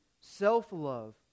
self-love